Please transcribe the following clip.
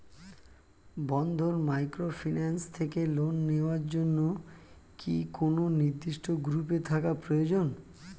বন্ধন microfinance থেকে loan নেওয়ার জন্য কি কোন নির্দিষ্ট গ্রুপে থাকা প্রয়োজন?